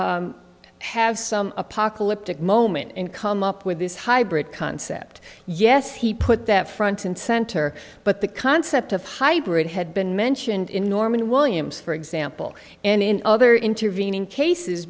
not have some apocalyptic moment and come up with this hybrid concept yes he put that front and center but the concept of hybrid had been mentioned in norman williams for example and in other intervening cases